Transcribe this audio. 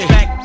Back